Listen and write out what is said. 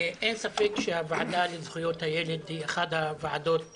אין ספק שהוועדה לזכויות הילד היא אחת הוועדות החשובות.